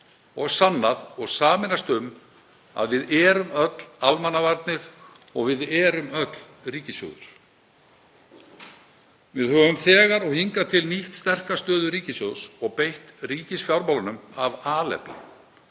og sannað og sameinast um að öll erum við almannavarnir og öll erum við ríkissjóður. Við höfum þegar og hingað til nýtt sterka stöðu ríkissjóðs og beitt ríkisfjármálunum af alefli,